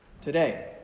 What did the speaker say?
today